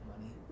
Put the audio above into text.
Money